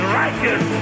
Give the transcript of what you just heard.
righteous